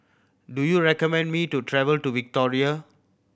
do you recommend me to travel to Victoria